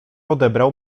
odebrał